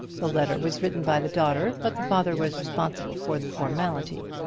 the letter was written by the daughter, but the father was responsible for the formality.